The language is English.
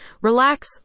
relax